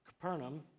Capernaum